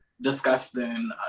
disgusting